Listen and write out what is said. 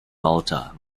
malta